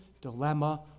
dilemma